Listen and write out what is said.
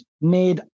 made